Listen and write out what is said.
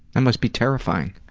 must be terrifying.